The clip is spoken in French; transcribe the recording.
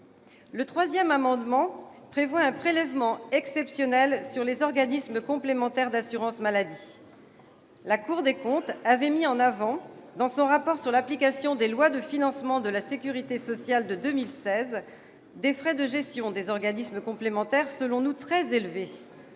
Le troisième amendement prévoit un prélèvement exceptionnel sur les organismes complémentaires d'assurance maladie. La Cour des comptes avait mis en avant, dans son rapport sur l'application des lois de financement de la sécurité sociale de 2016, des frais de gestion des organismes complémentaires selon nous très élevés,